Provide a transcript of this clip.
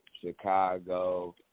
Chicago